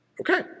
Okay